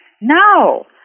No